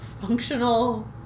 functional